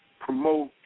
promote